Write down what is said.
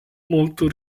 molto